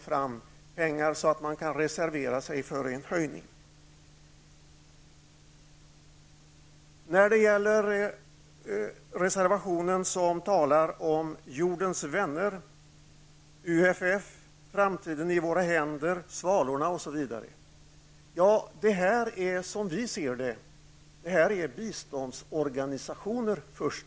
Framtiden i våra händer, Svalorna, osv. Som vi ser det, är dessa först och främst biståndsorganisationer.